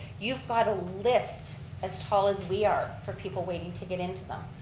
you've got a list as tall as we are for people waiting to get into them.